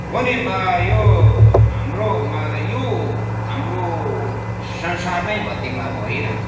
हो नि यो हाम्रो म यो हाम्रो संसारमै भनिदिऊँ अब होइन